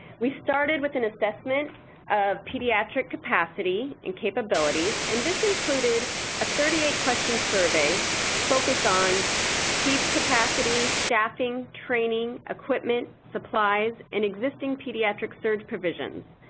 we started with an assessment of pediatric capacity and capabilities and this included a thirty eight question survey focused on peds capacity, staffing, training, equipment, supplies, and existing pediatric surge provision.